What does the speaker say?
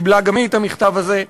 קיבלה גם היא את המכתב הזה.